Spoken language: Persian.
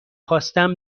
خواستم